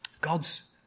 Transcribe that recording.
God's